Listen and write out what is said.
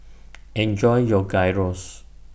Enjoy your Gyros